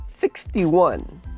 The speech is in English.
61